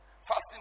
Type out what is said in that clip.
fasting